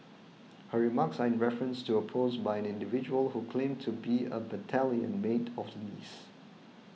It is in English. her remarks are in reference to a post by an individual who claimed to be a battalion mate of Lee's